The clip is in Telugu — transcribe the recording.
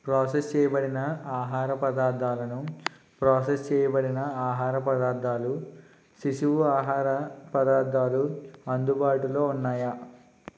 ప్రాసెస్ చేయబడిన ఆహార పదార్ధాలను ప్రాసెస్ చేయబడిన ఆహార పదార్ధాలు శిశువు ఆహార పదార్థాలు అందుబాటులో ఉన్నాయా